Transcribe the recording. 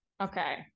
Okay